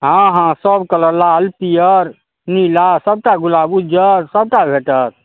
हँ हँ सब कलर लाल पियर नीला सबटा गुलाब ऊज्जर सबटा भेटत